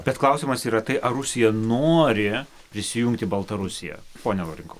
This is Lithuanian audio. bet klausimas yra tai ar rusija nori prisijungti baltarusiją pone laurinkau